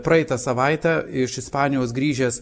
praeitą savaitę iš ispanijos grįžęs